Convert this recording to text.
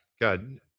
God